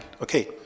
Okay